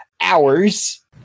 hours